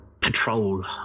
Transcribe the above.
patrol